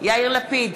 יאיר לפיד,